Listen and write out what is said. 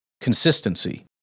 consistency